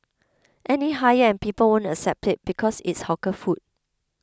any higher and people won't accept it because it's hawker food